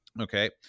Okay